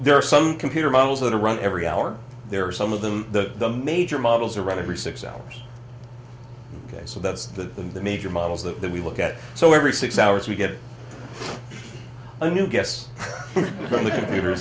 there are some computer models that are run every hour there are some of the major models around every six hours ok so that's the major models that we look at so every six hours we get a new guess on the computer